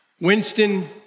Winston